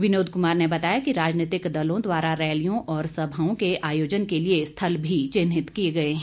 विनोद कुमार ने बताया कि राजनैतिक दलों द्वारा रैलियों और सभाओं के आयोजन के लिए स्थल भी चिन्हित किए गए हैं